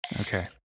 Okay